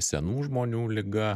senų žmonių liga